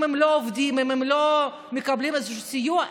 אם הם לא עובדים ואם הם לא מקבלים איזשהו סיוע,